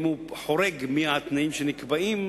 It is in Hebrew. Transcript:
אם הוא חורג מהתנאים שנקבעים,